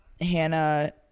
Hannah